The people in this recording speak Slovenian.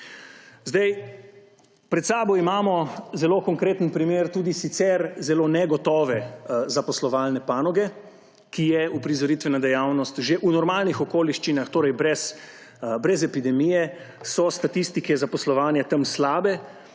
ponuja. Pred seboj imamo zelo konkreten primer tudi sicer zelo negotove zaposlovalne panoge, ki je uprizoritvena dejavnost. Že v normalnih okoliščinah, torej brez epidemije, so statistike zaposlovanja tam slabe.